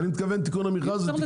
תיקון המכרז אני מתכוון לתיקון ההסכמים.